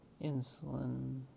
insulin